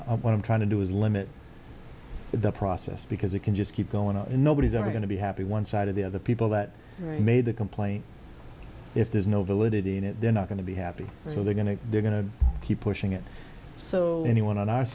what i'm trying to do is limit the process because it can just keep going and nobody's ever going to be happy one side of the other people that made the complaint if there's no validity in it they're not going to be happy so they're going to they're going to keep pushing it so anyone on our